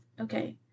Okay